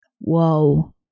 Whoa